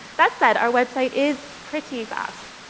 that said, our website is pretty fast.